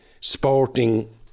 sporting